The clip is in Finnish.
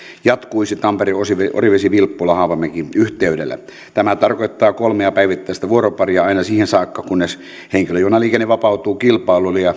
jatkuisi tampere orivesi vilppula haapamäki yhteydellä tämä tarkoittaa kolmea päivittäistä vuoroparia aina siihen saakka kunnes henkilöjunaliikenne vapautuu kilpailulle ja